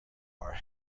are